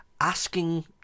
asking